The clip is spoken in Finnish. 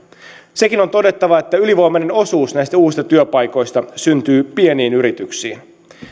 sekin on todettava että ylivoimainen osuus näistä uusista työpaikoista syntyy pieniin yrityksiin